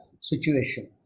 situation